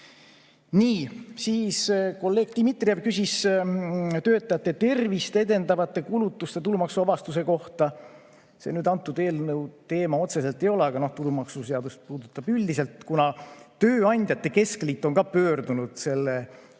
Nii. Siis kolleeg Dmitrijev küsis töötajate tervist edendavate kulutuste tulumaksuvabastuse kohta. See nüüd antud eelnõu teema otseselt ei ole, aga tulumaksuseadust puudutab üldiselt, kuna tööandjate keskliit on pöördunud sellise